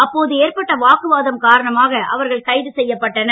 அப்போது ஏற்பட்ட வாக்குவாதம் காரணமாக அவர்கள் கைது செய்யப்பட்டனர்